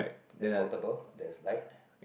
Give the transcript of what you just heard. that's portable there's light